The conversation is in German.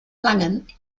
langen